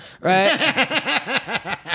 Right